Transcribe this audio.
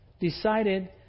decided